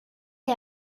est